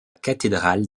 cathédrale